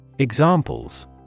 Examples